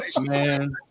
Man